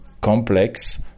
complex